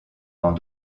dans